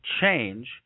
change